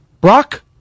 Brock